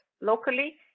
locally